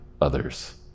others